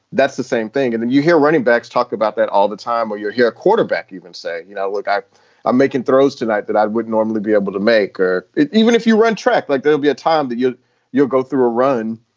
that's the same thing. and then you hear runningbacks talk about that all the time while you're here. quarterback even say, you know, look, i i'm making throws tonight that i would normally be able to make or even even if you run track, like there'll be a time that you'll you'll go through a run.